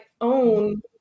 own